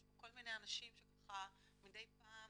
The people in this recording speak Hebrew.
יש פה כל מיני אנשים שמדי פעם